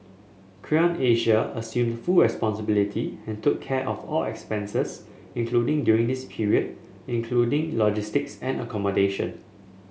Creon Asia assumed full responsibility and took care of all expenses including during this period including logistics and accommodation